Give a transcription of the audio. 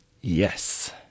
Yes